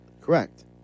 Correct